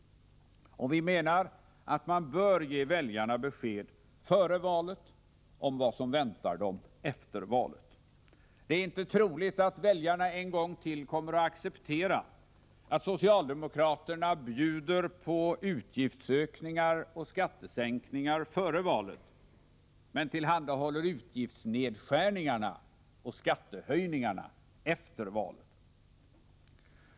Vi menar att man bör ge väljarna besked före valet om vad som väntar dem efter valet. Det är inte troligt att väljarna en gång till kommer att acceptera att socialdemokraterna bjuder på utgiftsökningar och skattesänkningar före valet, men tillhandahåller utgiftsnedskärningarna och skattehöjningarna efter valet.